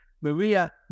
Maria